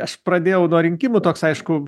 aš pradėjau nuo rinkimų toks aišku